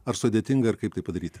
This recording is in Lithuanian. ar sudėtinga ir kaip tai padaryti